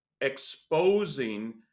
exposing